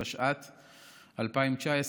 התשע"ט 2019,